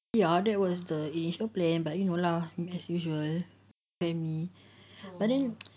ya that was the initial plan but you know lah as usual pay me but then